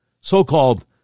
so-called